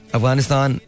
Afghanistan